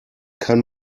kann